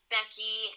Becky